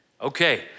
Okay